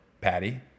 Patty